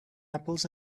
apples